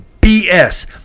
BS